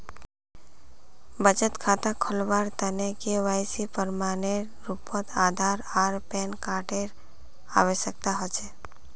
बचत खता खोलावार तने के.वाइ.सी प्रमाण एर रूपोत आधार आर पैन कार्ड एर आवश्यकता होचे